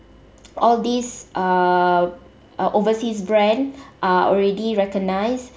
all these err uh overseas brand are already recognised